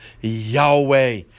Yahweh